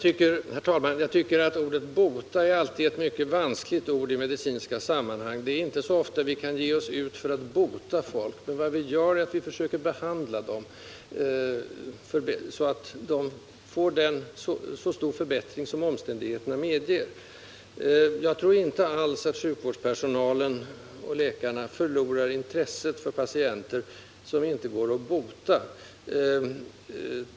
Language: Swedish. Herr talman! Jag tycker att ordet ”bota” alltid är ett mycket vanskligt ord i medicinska sammanhang. Det är inte så ofta vi kan ge oss ut för att bota sjuka människor. Vad vi gör är att vi försöker behandla dem, så att vi får till stånd en så god förbättring som omständigheterna medger. Jag tror inte alls att sjukvårdspersonalen och läkarna förlorar intresset för patienter som inte går att ”bota”.